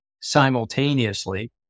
simultaneously